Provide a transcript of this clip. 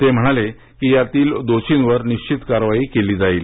ते म्हणाले की यातील दोषींवर निश्चित कारवाई केली जाईल